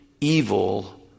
evil